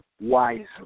wisely